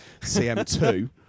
CM2